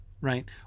right